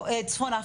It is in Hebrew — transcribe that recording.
לא, אז